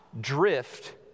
drift